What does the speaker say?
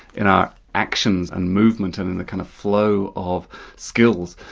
in our actions, and movement and and the, kind of, flow of skills.